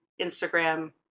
Instagram